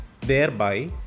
thereby